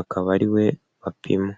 akaba ariwe bapima.